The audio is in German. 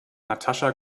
natascha